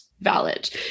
valid